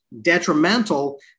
detrimental